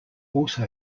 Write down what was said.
also